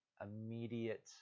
immediate